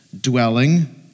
dwelling